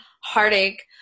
heartache